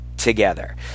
Together